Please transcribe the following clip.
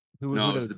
No